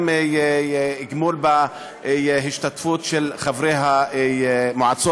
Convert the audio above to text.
גם גמול על ההשתתפות של חברי המועצות.